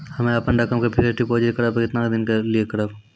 हम्मे अपन रकम के फिक्स्ड डिपोजिट करबऽ केतना दिन के लिए करबऽ?